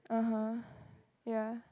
(uh huh) yeah